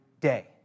day